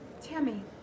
Tammy